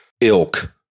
ilk